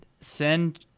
send